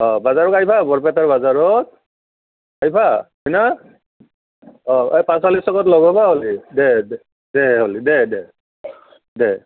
অ বজাৰত আহিবা বৰপেটাৰ বজাৰত আহিবা হয় না দে দে হলি দে দে দে